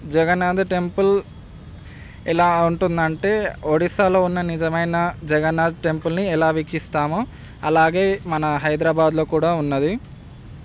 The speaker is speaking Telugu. జగన్నాథ్ టెంపుల్ ఎలా ఉంటుందంటే ఒడిస్సా లో ఉన్న నిజమైన జగన్నాథ్ టెంపుల్ని ఎలా వీక్షిస్తామో అలాగే మన హైదరాబాద్లో కూడా ఉన్నది